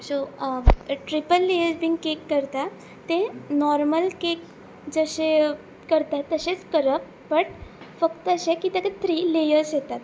so triple layers बी cake करता ते नॉर्मल केक जशे करतात तशेंच करप बट फक्त अशें की तेका थ्री लेयर्स येतात